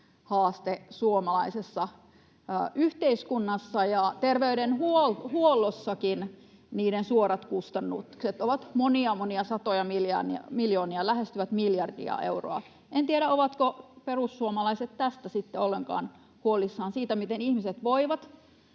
kanssa samaa mieltä?] ja terveydenhuollossakin niiden suorat kustannukset ovat monia monia satoja miljoonia, lähestyvät miljardia euroa. En tiedä, ovatko perussuomalaiset tästä sitten ollenkaan huolissaan, siitä, miten ihmiset voivat.